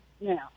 Now